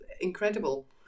incredible